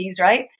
right